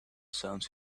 sounds